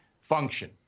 function